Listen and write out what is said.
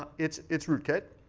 ah its its rootkit.